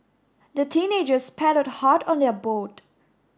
the teenagers paddled hard on their boat